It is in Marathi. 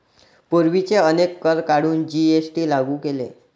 पूर्वीचे अनेक कर काढून जी.एस.टी लागू केले